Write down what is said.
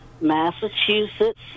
Massachusetts